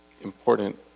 important